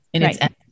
Right